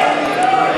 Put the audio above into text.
לשנת הכספים 2013,